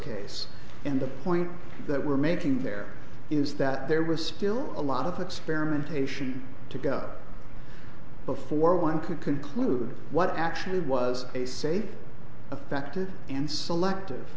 the point that we're making there is that there was still a lot of experimentation to go before one could conclude what actually was a say affected and selective